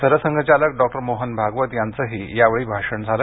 सरसंघचालक डॉक्टर मोहन भागवत यांचंही यावेळी भाषण झालं